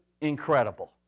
incredible